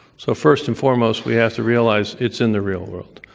so, first and foremost, we have to realize it's in the real world.